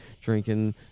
drinking